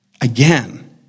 again